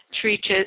treats